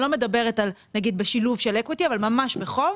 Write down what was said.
לא מדברת על נגיד בשילוב של אקוויטי אבל ממש בחוב